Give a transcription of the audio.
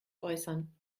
äußern